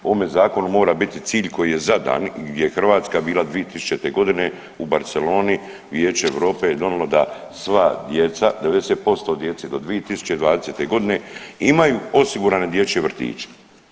U ovome zakonu mora biti cilj koji je zadan i gdje je Hrvatska bila 2000. godine u Barceloni Vijeće Europe je donilo da sva djeca 90% djece do 2020. godine imaju osigurane dječje vrtiće.